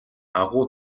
агуу